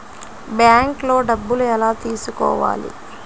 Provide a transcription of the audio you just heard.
బ్యాంక్లో డబ్బులు ఎలా తీసుకోవాలి?